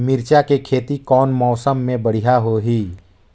मिरचा के खेती कौन मौसम मे बढ़िया होही?